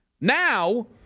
Now